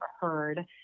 heard